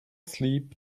sleep